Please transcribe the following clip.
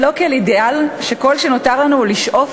ולא כעל אידיאל שכל שנותר לנו הוא לשאוף